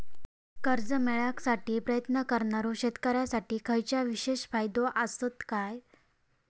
कर्जा मेळाकसाठी प्रयत्न करणारो शेतकऱ्यांसाठी खयच्या विशेष फायदो असात काय?